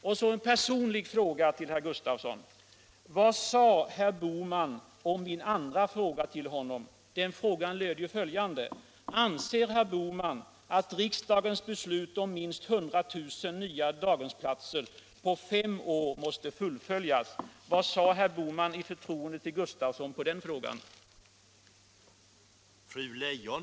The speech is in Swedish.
Och så dessutom en personlig fråga till herr Gustavsson: Vad sade herr Bohman om min andra fråga till honom? Den frågan löd: ”Anser herr Bohman att riksdagens beslut om minst 100 000 nya daghemsplatser på fem år måste fullföjas?” Vad svarade herr Bohman i förtroende till herr Gustavsson på den frågan?